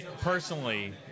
personally